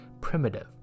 primitive